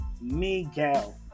Miguel